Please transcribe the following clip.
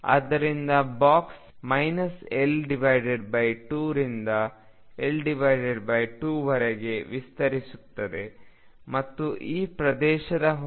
ಆದ್ದರಿಂದ box minus L2 ರಿಂದ L2 ವರೆಗೆ ವಿಸ್ತರಿಸುತ್ತದೆ ಮತ್ತು ಈ ಪ್ರದೇಶದ ಹೊರಗಿನ ಎತ್ತರವು V0 ಆಗಿದೆ